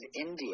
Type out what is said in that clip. India